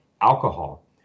alcohol